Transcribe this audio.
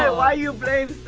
ah ah you blame